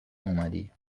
اومدی